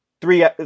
three